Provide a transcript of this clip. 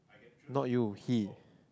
not you he